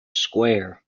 square